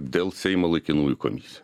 dėl seimo laikinųjų komisijų